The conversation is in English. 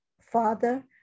Father